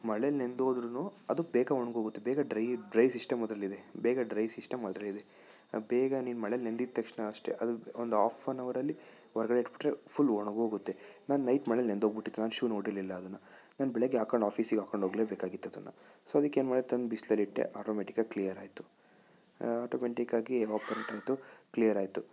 ಮಳೆಯಲ್ಲಿ ನೆನೆದ್ರೂನೂ ಅದು ಬೇಗ ಒಣಗೋಗುತ್ತೆ ಬೇಗ ಡ್ರೈ ಡ್ರೈ ಸಿಸ್ಟಮ್ ಅದರಲ್ಲಿದೆ ಬೇಗ ಡ್ರೈ ಸಿಸ್ಟಮ್ ಅದಲ್ಲಿದೆ ಬೇಗ ನೀವು ಮಳೆಯಲ್ಲಿ ನೆನೆದಿದ್ದ ತಕ್ಷಣ ಅಷ್ಟೇ ಅದು ಒಂದು ಆಫನ್ ಅವರಲ್ಲಿ ಹೊರಗಡೆ ಇಟ್ಟು ಬಿಟ್ರೆ ಫುಲ್ ಒಣಗೋಗುತ್ತೆ ನಾನು ನೈಟ್ ಮಳೇಲ್ಲಿ ನೆನೆದು ಹೋಗಿ ಬಿಟ್ಟಿತ್ತು ನಾನು ಶೂ ನೋಡಿರ್ಲಿಲ್ಲ ಅದನ್ನು ನಾನು ಬೆಳಗ್ಗೆ ಹಾಕ್ಕೊಂಡು ಆಫೀಸಿಗೆ ಹಾಕ್ಕೊಂಡು ಹೋಗ್ಲೇಬೇಕಾಗಿತ್ತು ಅದನ್ನು ಸೊ ಅದಕ್ಕೆ ಏನು ಮಾಡಿದೆ ತಂದು ಬಿಸ್ಲಲ್ಲಿ ಇಟ್ಟೆ ಆಟೋಮ್ಯಾಟಿಕ್ ಆಗಿ ಕ್ಲಿಯರ್ ಆಯ್ತು ಆಟೋಮ್ಯಾಟಿಕ್ ಆಗಿ ಆಯ್ತು ಕ್ಲಿಯರ್ ಆಯ್ತು